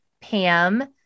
Pam